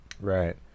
Right